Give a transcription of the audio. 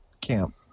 camp